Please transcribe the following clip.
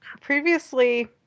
previously